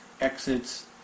exits